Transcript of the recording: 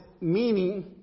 meaning